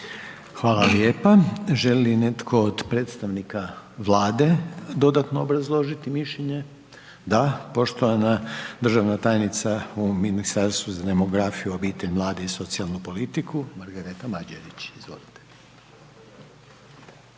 Hvala lijepa. Želi li netko od predstavnika Vlade dodatno obrazložiti mišljenje? Da. Poštovana državna tajnica u Ministarstvu za demografiju, obitelj, mlade i socijalnu politiku Margareta Mađerić, izvolite.